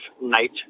night